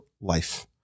life